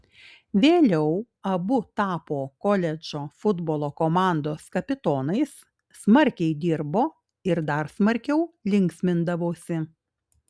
vėliau abu tapo koledžo futbolo komandos kapitonais smarkiai dirbo ir dar smarkiau linksmindavosi